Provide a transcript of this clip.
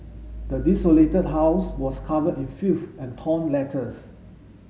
the desolated house was covered in filth and torn letters